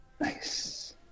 Nice